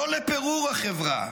לא לפירור החברה,